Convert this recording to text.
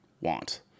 want